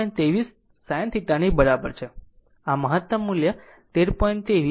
23 sin θ ની બરાબર છે આ મહત્તમ મૂલ્ય 13